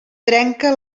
trenca